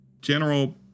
general